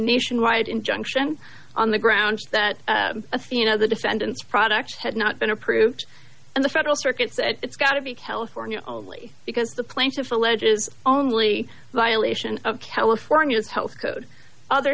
nationwide injunction on the grounds that you know the defendants products had not been approved and the federal circuit said it's got to be california only because the plaintiff alleges only violation of california's health code other